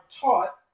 taught